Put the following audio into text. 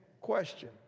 Question